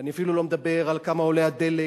ואני אפילו לא מדבר על כמה עולה הדלק,